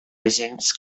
gens